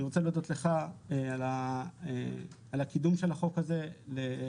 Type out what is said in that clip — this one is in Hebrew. אני רוצה להודות לך על הקידום של החוק הזה והייעוץ